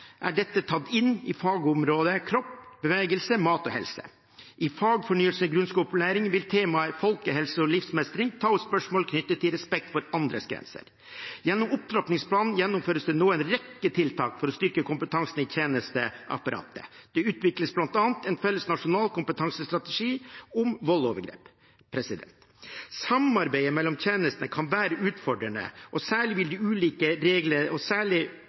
er dette tatt inn i fagområdet Kropp, bevegelse, mat og helse. I fagfornyelsen for grunnskoleopplæringen vil temaet Folkehelse og livsmestring ta opp spørsmål knyttet til respekt for andres grenser. Gjennom opptrappingsplanen gjennomføres det nå en rekke tiltak for å styrke kompetansen i tjenesteapparatet. Det utvikles bl.a. en felles nasjonal kompetansestrategi mot vold og overgrep. Samarbeidet mellom tjenestene kan være utfordrende, og særlig gjelder det de ulike reglene om taushetsplikt, opplysningsrett og